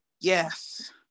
Yes